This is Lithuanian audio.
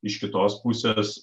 iš kitos pusės